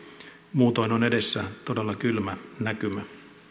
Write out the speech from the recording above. muutoin on edessä todella kylmä näkymä